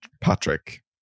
Patrick